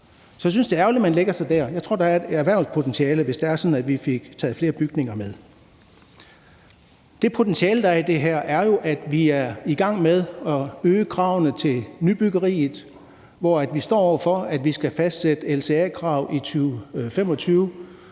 Så jeg synes, det er ærgerligt, at man lægger snittet der. Jeg tror, der er et erhvervspotentiale, hvis det er sådan, at vi fik taget flere bygninger med. Det potentiale, der er i det her, er jo, at vi er i gang med at øge kravene til nybyggeriet, hvor vi står over for, at vi skal fastsætte LCA-krav i 2025.